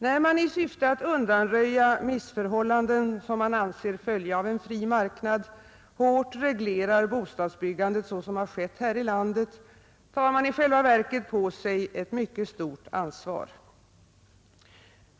När man i syfte att undanröja missförhållanden som man anser följa av en fri marknad hårt reglerar bostadsbyggandet — såsom har skett här i landet — tar man i själva verket på sig ett mycket stort ansvar.